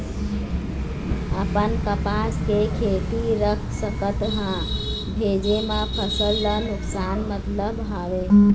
अपन कपास के खेती रख सकत हन भेजे मा फसल ला नुकसान मतलब हावे?